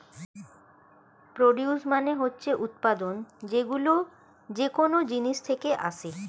produce মানে হচ্ছে উৎপাদন, যেইগুলো যেকোন জিনিস থেকে আসে